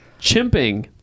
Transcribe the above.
chimping